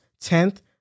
Tenth